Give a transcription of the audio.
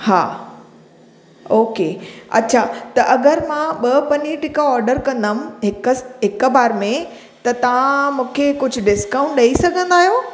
हा ओके अच्छा त अगरि मां ॿ पनीर टिका ऑर्डर कंदम हिकु बार में त तव्हां मूंखे कुझु डिस्कांउट ॾे़ई सघंदा आहियो